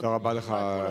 אז אתה תשמע את כל השאלות,